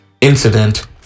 incident